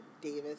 Davis